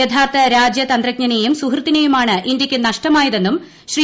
യഥാർത്ഥ രാജ്യതന്ത്രജ്ഞനെയും സുഹൃത്തിനെയുമാണ് ഇന്ത്യക്ക് നഷ്ടമായതെന്നും ശ്രീ